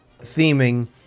theming